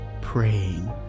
praying